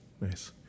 Nice